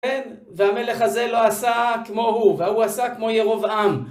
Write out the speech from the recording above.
והמלך הזה לא עשה כמו הוא, והוא עשה כמו ירוב עם.